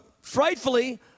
frightfully